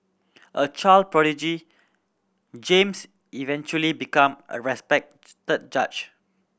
a child prodigy James eventually become a respected judge